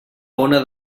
ona